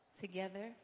together